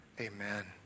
Amen